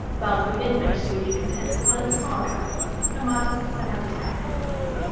well, to begin with, she would be content with one of the smaller houses a modest, semidetached little place,